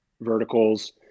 verticals